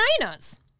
China's